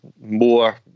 more